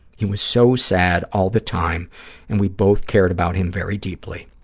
he was so sad all the time and we both cared about him very deeply.